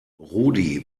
rudi